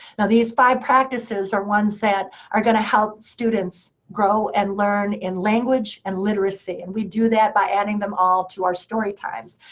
now these five practices are ones that are going to help students grow and learn in language and literacy. and we do that by adding them all to our story times.